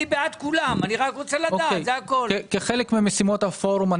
כחלק ממשימות הפורום,